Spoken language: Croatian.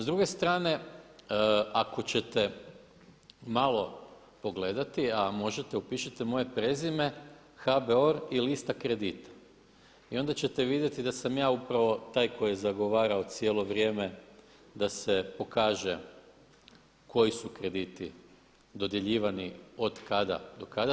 S druge strane, ako ćete malo pogledati, a možete, upišite moje prezime HBOR i lista kredita i onda ćete vidjeti da sam ja upravo taj koji je zagovarao cijelo vrijeme da se pokaže koji su krediti dodjeljivani od kada do kada.